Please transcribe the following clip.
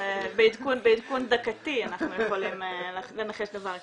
זה בעדכון דקתי אנחנו יכולים לנחש דבר כזה.